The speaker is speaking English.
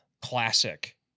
classic